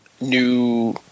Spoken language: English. new